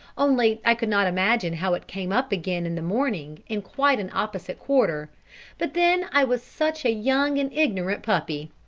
only i could not imagine how it came up again in the morning in quite an opposite quarter but then i was such a young and ignorant puppy!